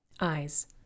Eyes